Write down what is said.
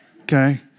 okay